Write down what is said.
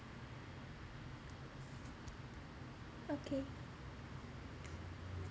okay